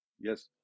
Yes